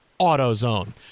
AutoZone